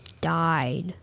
died